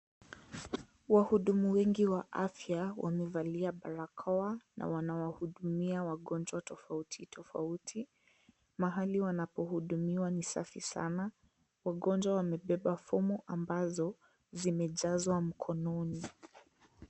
Wahudumu wengi wa afya wamevalia barakoa na wanawahudumia wagonjwa tofauti, tofauti. Mahali wanapohudumiwa ni safi sana. Wagonjwa wamebeba fomu ambazo zimejazwa mkononi.